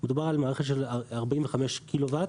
מדובר על מערכת של 45KW ,